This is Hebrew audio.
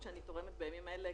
היום ה-11 במאי 2020,